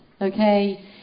Okay